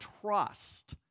trust